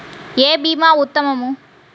ఏ భీమా ఉత్తమము?